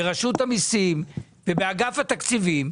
ברשות המסים ובאגף התקציבים,